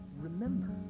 remember